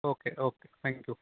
okay okay thank you